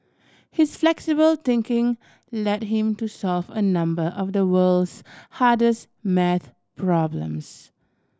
his flexible thinking led him to solve a number of the world's hardest maths problems